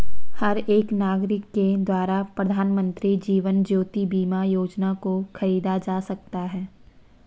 हर एक नागरिक के द्वारा प्रधानमन्त्री जीवन ज्योति बीमा योजना को खरीदा जा सकता है